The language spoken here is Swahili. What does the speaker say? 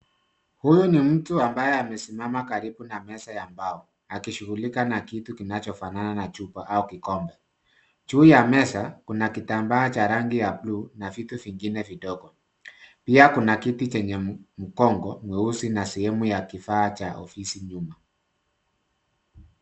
Huyu ni mtu ambaye amesimama karibu na meza ya mbao akishughulika na kitu kinachofanana na chupa au kikombe. Juu ya meza kuna kitambaa cha rangi ya buluu na vitu vingine vidogo. Pia kuna kiti chenye mkongo mweusi na sehemu ya kifaa cha ofisi nyuma.